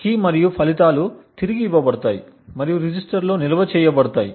key మరియు ఫలితాలు తిరిగి ఇవ్వబడతాయి మరియు రిజిస్టర్లో నిల్వ చేయబడతాయి